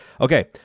Okay